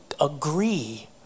agree